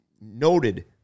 noted